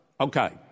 Okay